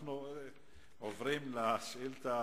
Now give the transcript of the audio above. אני מניח שהיה ראוי להשיב על זה,